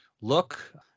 look